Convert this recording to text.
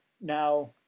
now